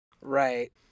Right